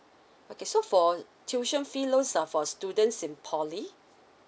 okay so for tuition fee loan are for students in poly